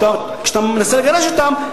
כשאתה מנסה לגרש אותם,